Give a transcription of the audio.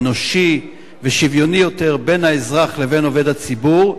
אנושי ושוויוני יותר בין האזרח לבין עובד הציבור,